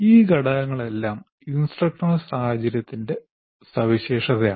ഈ ഘടകങ്ങളെല്ലാം ഇൻസ്ട്രക്ഷനൽ സാഹചര്യത്തിന്റെ സവിശേഷതയാണ്